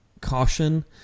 caution